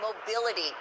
mobility